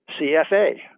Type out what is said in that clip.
CFA